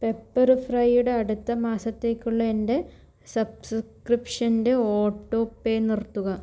pepper ഫ്രൈയുടെ അടുത്ത മാസത്തേക്കുള്ള എൻ്റെ സബ്സ്ക്രിപ്ഷൻ്റെ ഓട്ടോ പേ നിർത്തുക